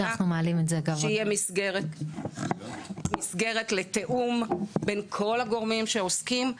שתהיה מסגרת לתיאום בין כל הגורמים שעוסקים בתחום,